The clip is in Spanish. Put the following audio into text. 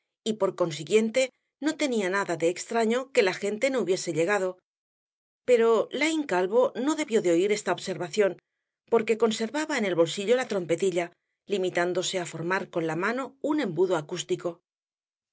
y por consiguiente no tenía nada de extraño que la gente no hubiese llegado pero laín calvo no debió de oir esta observación porque conservaba en el bolsillo la trompetilla limitándose á formar con la mano un embudo acústico